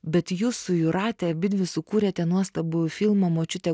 bet jūs su jūrate abidvi sukūrėte nuostabų filmą močiutė